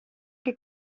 que